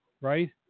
right